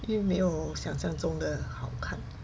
因为没有想象中的好看